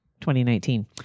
2019